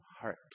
heart